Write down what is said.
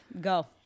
Go